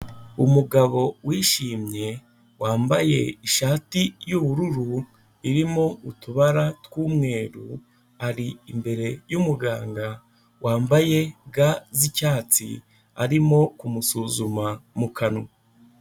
Umugabo wishimye wambaye ishati y'ubururu irimo utubara tw'umweru, ari imbere y'umuganga wambaye ga z'icyatsi arimo kumusuzuma mu kanwa.